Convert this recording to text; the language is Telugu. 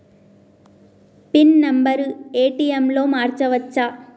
పిన్ నెంబరు ఏ.టి.ఎమ్ లో మార్చచ్చా?